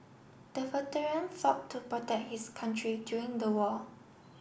the veteran fought to protect his country during the war